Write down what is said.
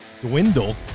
dwindle